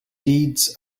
deeds